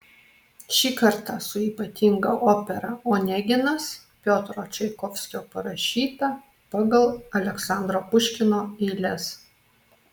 šį kartą su ypatinga opera oneginas piotro čaikovskio parašyta pagal aleksandro puškino eiles